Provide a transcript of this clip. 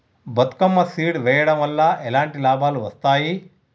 Bathukamma seed వెయ్యడం వల్ల ఎలాంటి లాభాలు వస్తాయి?